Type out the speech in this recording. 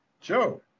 Joe